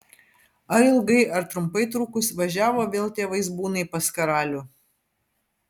ar ilgai ar trumpai trukus važiavo vėl tie vaizbūnai pas karalių